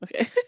okay